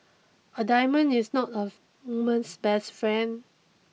a diamond is not a woman's best friend